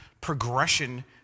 progression